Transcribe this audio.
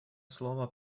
слово